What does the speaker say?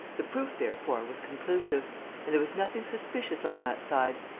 the proof, therefore, was conclusive and there was nothing suspicious on that side.